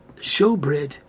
showbread